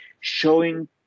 showing